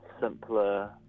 simpler